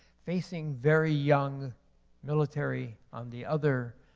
facing very young military on the other.